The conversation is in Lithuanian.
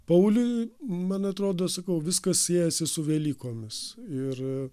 pauliui man atrodo sakau viskas siejasi su velykomis ir